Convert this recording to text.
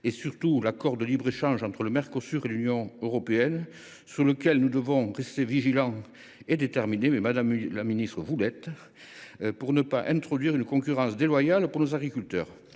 et, surtout, l’accord de libre échange entre le Mercosur et l’Union européenne, sur lequel nous devons rester vigilants et déterminés – et vous l’êtes, madame la ministre –, afin de ne pas introduire une concurrence déloyale pour nos agriculteurs.